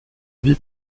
vie